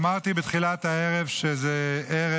זה קשור